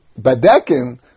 Badekin